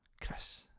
Chris